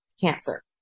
cancer